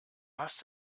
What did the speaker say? hast